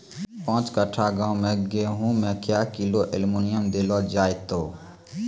पाँच कट्ठा गांव मे गेहूँ मे क्या किलो एल्मुनियम देले जाय तो?